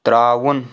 ترٛاوُن